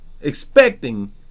expecting